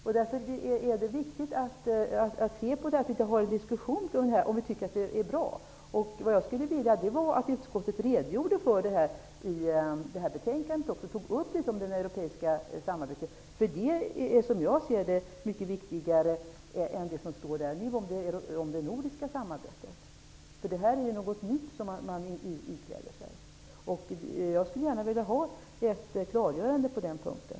Det är därför viktigt att diskutera om vi tycker att det är bra. Jag hade velat att utskottet redogjort för detta i betänkandet och tagit upp frågan om det europeiska samarbetet. Som jag ser det är det mycket viktigare än det som står där nu om det nordiska samarbetet. Detta är något nytt som man ikläder sig. Jag skulle gärna vilja ha ett klargörande på den punkten.